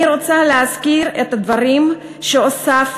אני רוצה להזכיר את הדברים שהוספנו,